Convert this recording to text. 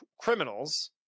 criminals